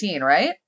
right